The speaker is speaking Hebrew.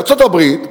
בארצות-הברית,